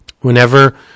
whenever